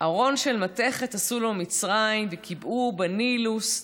ארון של מתכת עשו במצרים וקבעוהו בנילוס,